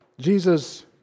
Jesus